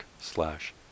slash